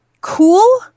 cool